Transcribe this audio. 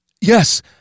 Yes